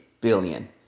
billion